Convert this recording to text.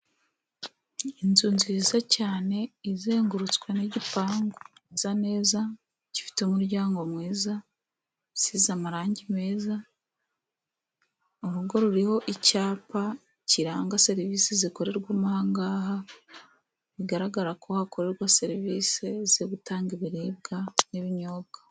Inzu nziza cyane izengurutswe n'igipangu gisa neza, gifite umuryango mwiza, isize amarangi meza, urugo ruriho icyapa kiranga serivisi zikorerwamo ahangaha; bigaragara ko hakorwa serivisi zo gutanga ibiribwa n'ibinyobwa.